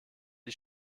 die